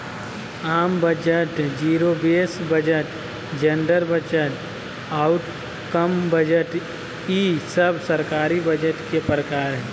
आम budget, zero base budget, gender budget, outcome budget ई सब सरकारी बजट के प्रकार हय